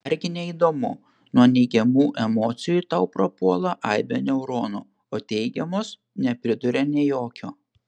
argi ne įdomu nuo neigiamų emocijų tau prapuola aibė neuronų o teigiamos nepriduria nė jokio